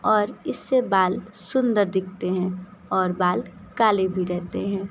और इससे बाल सुंदर दिखते हैं और बाल काले भी रहते हैं